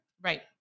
Right